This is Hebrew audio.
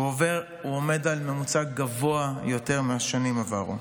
האחוז עומד על ממוצע גבוה יותר ביחס לשנים עברו,